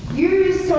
use